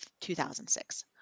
2006